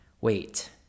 Wait